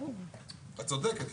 את צודקת,